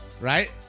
Right